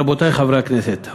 רבותי חברי הכנסת,